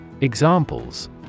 Examples